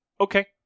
Okay